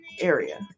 area